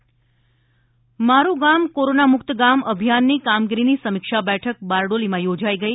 Bardoli corona મારૂં ગામ કોરોનામુક્ત ગામ અભિયાનની કામગીરીની સમીક્ષા બેઠક બારડોલીમાં યોજાઈ ગઈ